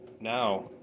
now